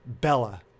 Bella